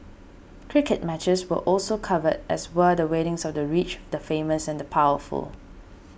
cricket matches were also covered as were the weddings of the rich the famous and the powerful